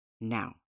Now